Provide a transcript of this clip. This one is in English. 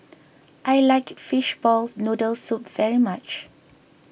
I like Fishball Noodle Soup very much